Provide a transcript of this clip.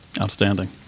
Outstanding